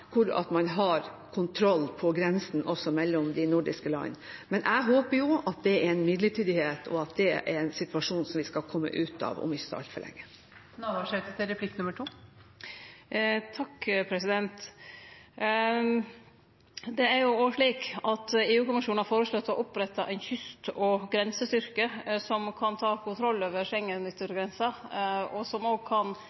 man har kontroll på grensen også mellom de nordiske land. Men jeg håper jo at det er en midlertidighet, og at det er en situasjon som vi skal komme ut av om ikke så altfor lenge. Det er òg slik at EU-kommisjonen har føreslått å opprette ein kyst- og grensestyrke som kan ta kontroll over